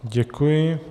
Děkuji.